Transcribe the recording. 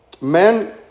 Men